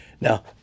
now